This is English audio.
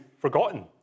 forgotten